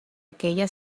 aquella